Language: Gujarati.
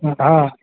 હા